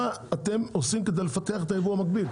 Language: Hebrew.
מה אתם עושים כדי לפתח את הייבוא המקביל.